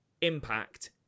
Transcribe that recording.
Impact